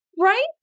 Right